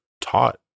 taught